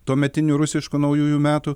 tuometinių rusiškų naujųjų metų